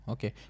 Okay